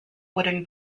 wooden